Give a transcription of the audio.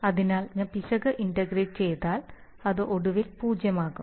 അതിനാൽ ഞാൻ പിശക് ഇൻറ്റഗ്രേറ്റ് ചെയ്താൽ അത് ഒടുവിൽ പൂജ്യമാകും